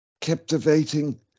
captivating